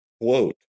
quote